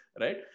right